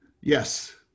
Yes